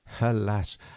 alas